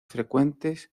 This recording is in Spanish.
frecuentes